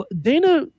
Dana